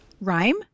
Rhyme